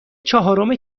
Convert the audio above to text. چهارم